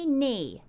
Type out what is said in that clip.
knee